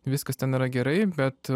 viskas ten yra gerai bet